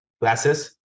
glasses